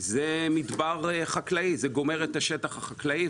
הם מדבר חקלאי; זה גומר את השטח החקלאי,